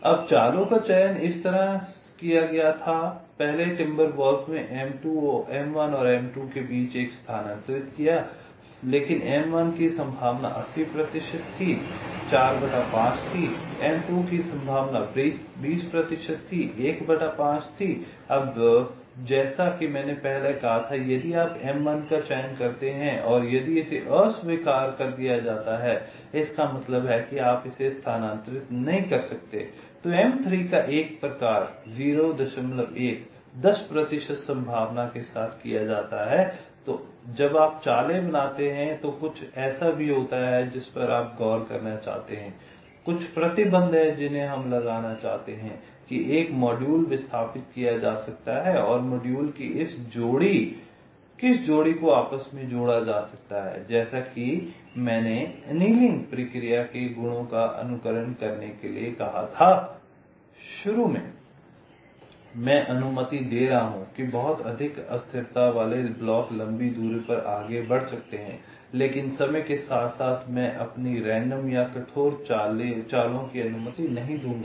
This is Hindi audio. अब चालों का चयन इस तरह किया गया था पहले टिम्बरवुल्फ ने M1 और M2 के बीच एक स्थानांतरित किया लेकिन M1 की संभावना 80 प्रतिशत थी 45 थी M2 की संभावना 20 प्रतिशत थी 15 अब जैसा कि मैंने पहले कहा था कि यदि आप M1 का चयन करते हैं और यदि इसे अस्वीकार कर दिया जाता है इसका मतलब है कि आप इसे स्थानांतरित नहीं कर सकते हैं तो M3 का एक प्रकार 01 10 प्रतिशत संभावना के साथ किया जाता है लेकिन जब आप चालें बनाते हैं तो कुछ ऐसा भी होता है जिस पर आप गौर करना चाहते हैं कुछ प्रतिबंध हैं जिन्हें हम लगाना चाहते हैं कि एक मॉड्यूल विस्थापित किया जा सकता है और मॉड्यूल की किस जोड़ी को आपस में जोड़ा जा सकता है जैसे कि मैंने एनीलिंग प्रक्रिया के गुणों का अनुकरण करने के लिए कहा था शुरू में मैं अनुमति दे रहा हूं कि बहुत अधिक अस्थिरता वाले ब्लॉक लंबी दूरी पर आगे बढ़ सकते हैं लेकिन समय के साथ साथ मैं अपनी रैंडम या कठोर चालों की अनुमति नहीं दूंगा